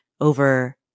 over